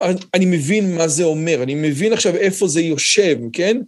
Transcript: אני מבין מה זה אומר, אני מבין עכשיו איפה זה יושב, כן?